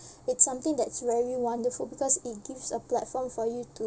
it's something that's very wonderful because it gives a platform for you to